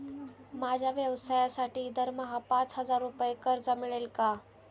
माझ्या व्यवसायासाठी दरमहा पाच हजार रुपये कर्ज मिळेल का?